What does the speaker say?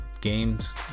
games